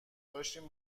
داشتم